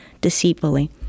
deceitfully